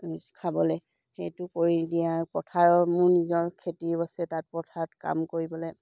খাবলৈ সেইটো কৰি দিয়া পথাৰৰ মোৰ নিজৰ খেতিও আছে তাত পথাৰত কাম কৰিবলৈ